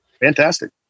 Fantastic